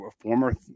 former